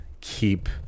keep